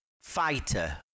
fighter